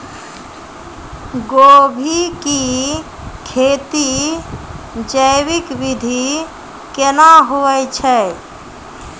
गोभी की खेती जैविक विधि केना हुए छ?